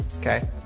okay